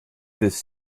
this